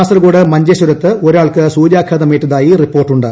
കാസർകോട്ട് മുഞ്ചേശ്വരത്ത് ഒരാൾക്ക് സൂര്യാഘാതമേറ്റതായി റിപ്പേർട്ടുണ്ട്